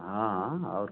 हाँ हाँ और क्या